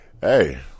Hey